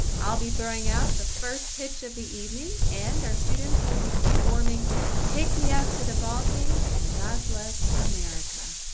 i'll be throwing out the first pitch of the evening and our students will be performing take me out to the ballgame and god bless america.